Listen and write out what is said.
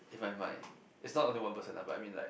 if I might it's not only one person lah but I mean like